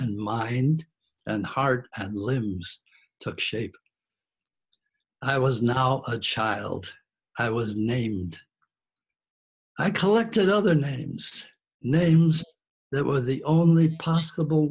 and mind and heart and limbs took shape i was now a child i was named i collected other names names there were the only possible